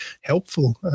helpful